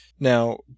Now